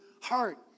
heart